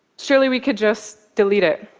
surely, we could just delete it.